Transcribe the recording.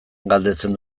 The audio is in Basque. galdetzen